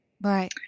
right